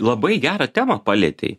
labai gerą temą palietei